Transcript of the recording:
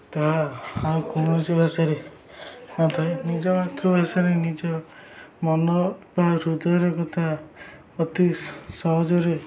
ତାହା ଆଉ କୌଣସି ଭାଷାରେ ନଥାଏ ନିଜ ମାତୃଭାଷାରେ ନିଜ ମନ ବା ହୃଦୟର କଥା ଅତି ସହଜରେ